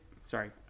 Sorry